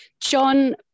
John